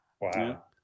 Wow